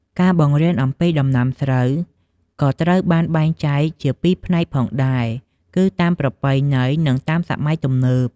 ការបង្រៀនអំពីដំណាំស្រូវក៏ត្រូវបានបែងចែកជាពីរផ្នែកផងដែរ គឺតាមប្រពៃណី និងតាមសម័យទំនើប។